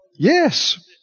Yes